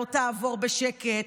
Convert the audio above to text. לא תעבור בשקט.